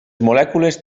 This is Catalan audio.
molècules